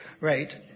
right